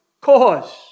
cause